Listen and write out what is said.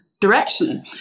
direction